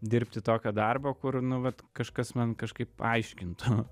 dirbti tokio darbo kur nu vat kažkas man kažkaip aiškintų